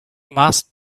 must